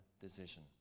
decision